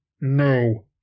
no